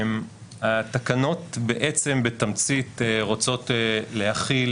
התקנות בעצם בתמצית, רוצות להכיל